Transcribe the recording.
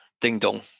ding-dong